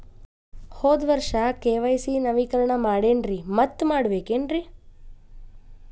ಹೋದ ವರ್ಷ ಕೆ.ವೈ.ಸಿ ನವೇಕರಣ ಮಾಡೇನ್ರಿ ಮತ್ತ ಮಾಡ್ಬೇಕೇನ್ರಿ?